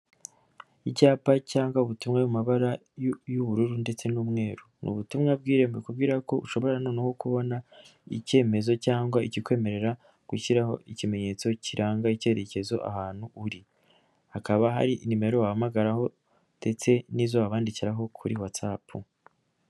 Icyapa cyangwa ubutumwa mu mabara y'ubururu ndetse n'umweru, ni ubutumwa bwire bakubwira ko ushobora noneho kubona icyemezo cyangwa ikikwemerera gushyiraho ikimenyetso kiranga icyerekezo ahantu uri, hakaba hari nimero wahamagaraho ndetse n'izobandikiraho kuri Whatsapp.